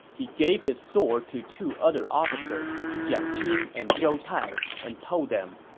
he gave his sword to two other officers, jiang qin and zhou tai, and told them,